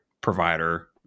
provider